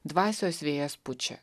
dvasios vėjas pučia